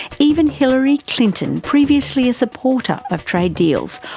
even hillary clinton, previously a supporter of trade deals,